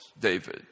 David